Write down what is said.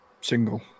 single